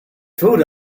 food